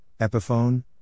Epiphone